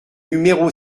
numéro